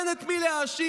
אין את מי להאשים.